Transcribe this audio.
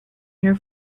here